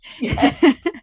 Yes